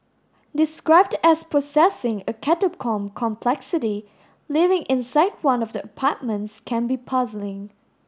described as possessing a catacomb complexity living inside one of the apartments can be puzzling